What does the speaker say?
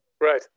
Right